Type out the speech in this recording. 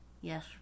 Yes